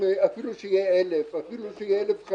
אפילו שהקנס יהיה של 1,000 שקלים או של